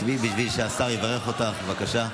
שבי כדי שהשר יברך אותך, בבקשה.